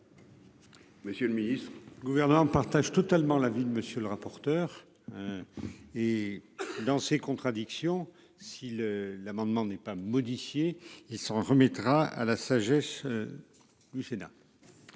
Monsieur le ministre, le gouvernement partage totalement l'avis de monsieur le rapporteur. Et dans ses contradictions, si le l'amendement n'est pas modifié. Il s'en remettra à la sagesse. Du Sénat.